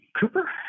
cooper